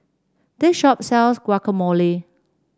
this shop sells Guacamole